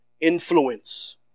influence